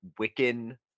wiccan